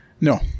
No